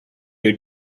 you